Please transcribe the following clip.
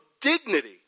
dignity